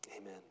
Amen